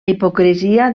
hipocresia